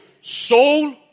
Soul